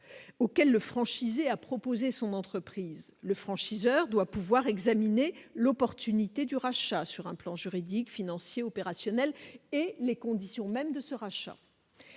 auxquels le franchisé a proposé son entreprise le franchiseur doit pouvoir examiner l'opportunité du rachat sur un plan juridique financier opérationnel et les conditions mêmes de ce rachat,